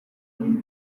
mbi